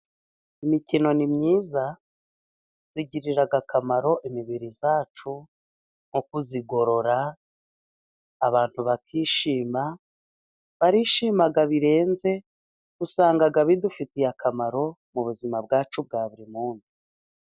Imikino ni myiza igirira akamaro imibiri yacu, nko kuyigorora abantu bakishima, barishimaga birenze, usangaga bidufitiye akamaro mu buzima bwacu bwa buri munsi.